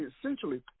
essentially